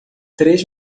três